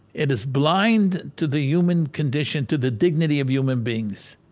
it is blind to the human condition, to the dignity of human beings.